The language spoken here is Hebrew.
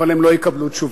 אבל הם לא יקבלו תשובות.